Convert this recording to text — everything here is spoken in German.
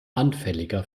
anfälliger